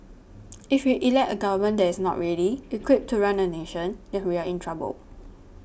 if we elect a government that is not ready equipped to run a nation then we are in trouble